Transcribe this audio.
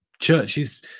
churches